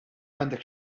għandek